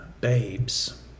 babes